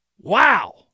Wow